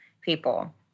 people